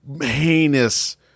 heinous